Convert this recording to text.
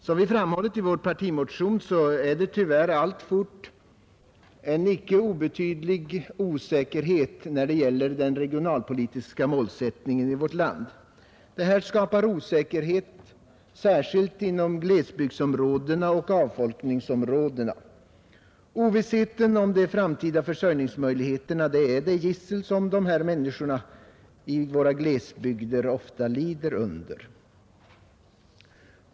Som vi framhållit i vår partimotion råder tyvärr alltfort en icke obetydlig osäkerhet när det gäller den regionalpolitiska målsättningen i vårt land. Detta skapar osäkerhet, särskilt inom glesbygdsoch avfolkningsområdena. Ovissheten om de framtida försörjningsmöjligheterna är det gissel som människorna i glesbygderna ofta lider under.